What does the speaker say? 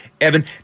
Evan